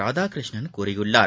ராதாகிருஷ்ணன் கூறியுள்ளார்